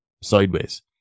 sideways